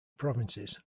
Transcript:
provinces